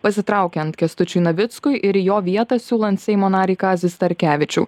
pasitraukiant kęstučiui navickui ir į jo vietą siūlant seimo narį kazį starkevičių